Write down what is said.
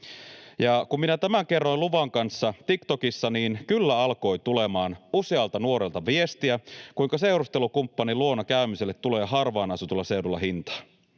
kun minä tämän kerroin luvan kanssa TikTokissa, kyllä alkoi tulemaan usealta nuorelta viestiä, kuinka seurustelukumppanin luona käymiselle tulee harvaan asutulla seudulla hintaa.